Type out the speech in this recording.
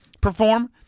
perform